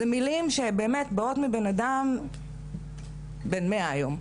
אלה מילים שבאות מבן-אדם בן 100 היום.